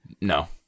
No